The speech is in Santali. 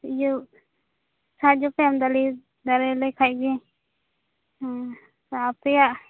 ᱤᱭᱟ ᱥᱟᱦᱟᱡᱽᱡᱳᱼᱯᱮ ᱮᱢᱫᱟᱲᱮ ᱫᱟᱲᱮᱭᱟᱞᱮ ᱠᱷᱟᱡ ᱜᱮ ᱦᱩᱸ ᱟᱯᱮᱭᱟᱜ